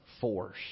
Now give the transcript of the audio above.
force